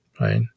right